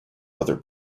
other